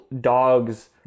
dogs